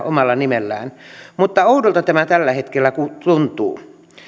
omalla nimellään mutta oudolta tämä tällä hetkellä tuntuu